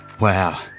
wow